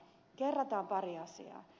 kerrataan pari asiaa